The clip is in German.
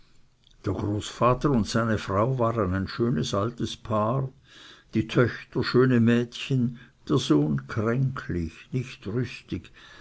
der großvater und seine frau waren ein schönes altes paar die töchter schöne mädchen der sohn kränklich nicht rüstig